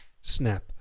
snap